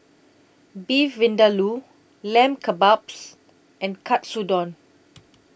Beef Vindaloo Lamb Kebabs and Katsudon